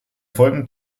folgenden